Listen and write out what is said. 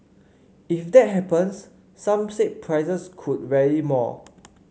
if that happens some said prices could rally more